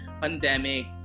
pandemic